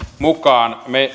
mukaan me